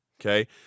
Okay